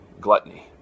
gluttony